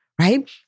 right